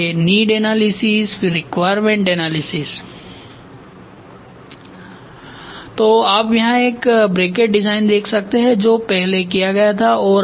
इसलिए need analysis फिर requirement analysis तो यहाँ आप एक ब्रैकेट डिज़ाइन देख सकते हैं जो पहले किया गया था